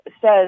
says